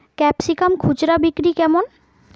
Capsicum খুচরা বিক্রি কেমন?